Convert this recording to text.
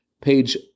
page